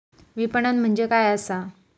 विपणन म्हणजे काय असा?